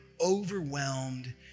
overwhelmed